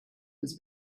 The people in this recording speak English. was